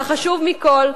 והחשוב מכול,